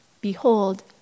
Behold